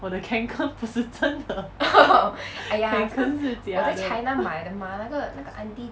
我的 kanken 不是真的 kanken 是假的